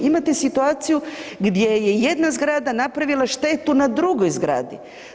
Imate situaciju gdje je jedna zgrada napravila štetu na drugoj zgradi.